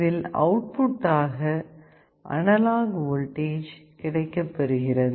இதில் அவுட்புட்டாக analogue voltage கிடைக்கப்பெறுகிறது